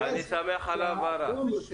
אני שמח על ההבהרה.